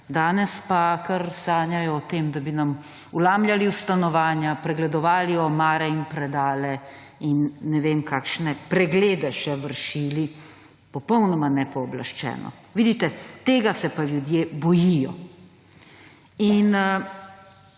Danes pa kar sanjajo o tem, da bi nam vlamljali v stanovanja, pregledovali omare in predale in ne vem kakšne preglede še vršili popolnoma nepooblaščeno. Vidite, tega se pa ljudje bojijo. Sem